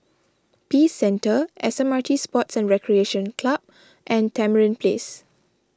Peace Centre S M R T Sports and Recreation Club and Tamarind Place